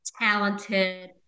talented